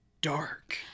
dark